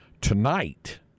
Tonight